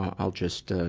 i'll just,